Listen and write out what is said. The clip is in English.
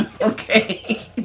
Okay